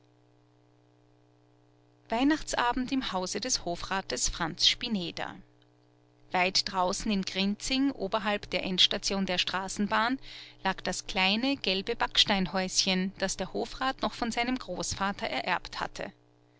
weihnachtsabend im hause des hofrates franz spineder weit draußen in grinzing außerhalb der endstation der straßenbahn lag das kleine gelbe backsteinhäuschen das der hofrat noch von seinem großvater ererbt hatte